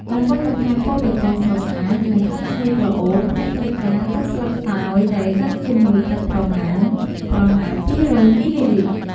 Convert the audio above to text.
ដើម្បីបន្ថែមពណ៌បៃតងស្រស់ស្អាត និងក្លិនឈ្ងុយក្រអូប អ្នកត្រូវការ ទឹកស្លឹកតើយដែលកិនជាមួយទឹកបរិមាណប្រហែល ២០០ មីលីលីត្រ។